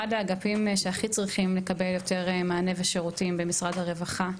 אחד האגפים שהכי צריכים לקבל יותר מענה ושירותים במשרד הרווחה.